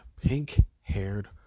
pink-haired